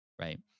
right